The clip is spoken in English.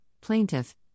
plaintiff